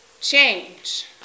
change